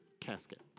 casket